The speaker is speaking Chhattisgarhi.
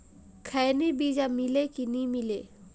खैनी बिजा मिले कि नी मिले?